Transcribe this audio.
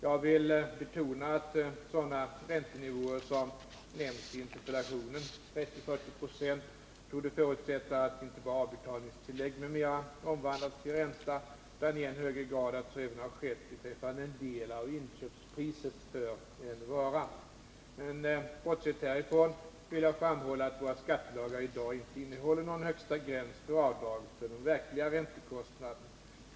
Jag vill dock betona att sådana räntenivåer som nämns i interpellationen — 30-40 96 — torde förutsätta att inte bara avbetalningstillägg m.m. omvandlats till ränta utan i än högre grad att så även har skett beträffande en del av inköpspriset för en vara. Men bortsett härifrån vill jag framhålla att våra skattelagar i dag inte innehåller någon högsta gräns för avdrag för den verkliga räntekostnaden.